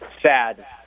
sad